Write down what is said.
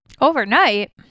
Overnight